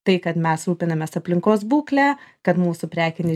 tai kad mes rūpinamės aplinkos būklę kad mūsų prekinį